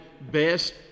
best